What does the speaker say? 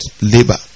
labor